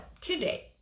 today